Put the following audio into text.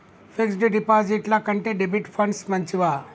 Fix డ్ డిపాజిట్ల కంటే డెబిట్ ఫండ్స్ మంచివా?